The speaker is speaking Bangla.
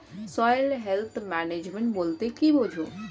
সয়েল হেলথ ম্যানেজমেন্ট বলতে কি বুঝায়?